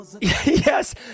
Yes